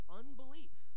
unbelief